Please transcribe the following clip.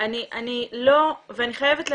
אני חייבת להגיד,